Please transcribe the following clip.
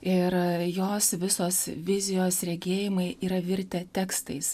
ir jos visos vizijos regėjimai yra virtę tekstais